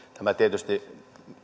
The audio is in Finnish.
tämä tietysti